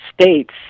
states